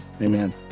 amen